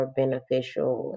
beneficial